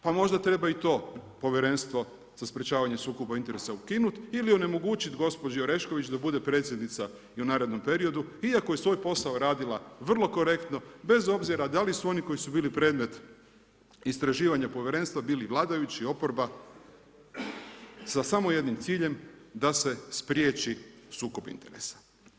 Pa možda treba i to Povjerenstvo za sprječavanje sukoba interesa ukinuti ili onemogućiti gospođi Orešković da bude predsjednica i u narednom periodu iako je svoj posao radila vrlo korektno bez obzira da li su oni koji su bili predmet istraživanja Povjerenstva bili vladajući, oporba sa samo jednim ciljem da se spriječi sukob interesa.